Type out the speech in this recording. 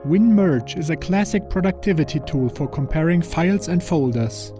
winmerge is a classic productivity tool for comparing files and folders.